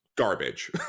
garbage